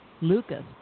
Lucas